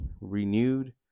renewed